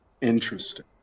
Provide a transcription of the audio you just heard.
Interesting